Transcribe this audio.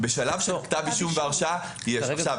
בשלב של כתב אישום והרשעה, יש.